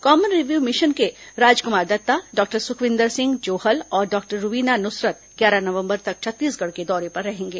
common review mission के Rajkumar Dutta doctor Sukhwinder Singh Johal और doctor Rubina Nusrat ग्यारह नवम्बर तक छत्तीसगढ़ के दौरे पर रहेंगे